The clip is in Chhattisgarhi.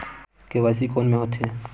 के.वाई.सी कोन में होथे?